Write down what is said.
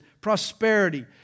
prosperity